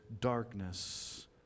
darkness